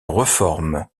reforme